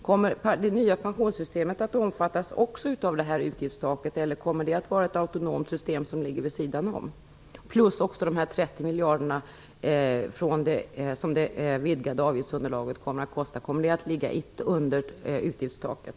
Kommer det nya pensionssystemet också att omfattas av utgiftstaket, eller kommer det att vara ett autonomt system vid sidan om? Det vidgade avgiftsunderlaget kommer att kosta 30 miljarder. Kommer dessa att ligga under utgiftstaket?